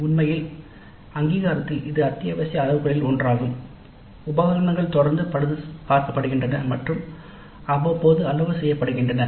" உண்மையில் அங்கீகாரத்தில் இது அத்தியாவசிய அளவுகோல்களில் ஒன்றாகும் உபகரணங்கள் தொடர்ந்து பழுது பார்க்கப்படுகின்றன மற்றும் அவ்வப்போது அளவீடு செய்யப்படுகின்றன